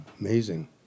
Amazing